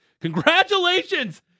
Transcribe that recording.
Congratulations